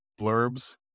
blurbs